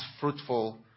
fruitful